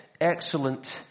excellent